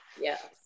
Yes